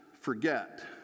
forget